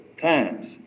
times